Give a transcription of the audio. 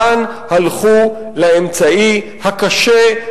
כאן הלכו לאמצעי הקשה,